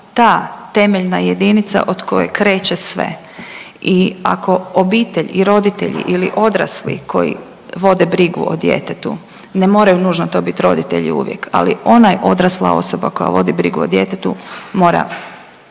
ta temeljna jedinica od koje kreće sve i ako obitelj i roditelji ili odrasli koji vode brigu o djetetu, ne moraju nužno to bit roditelji uvijek, ali ona odrasla osoba koja vodi brigu o djetetu mora